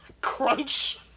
Crunch